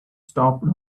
stopped